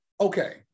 okay